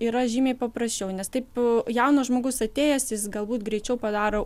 yra žymiai paprasčiau nes taip jaunas žmogus atėjęs jis galbūt greičiau padaro